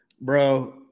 Bro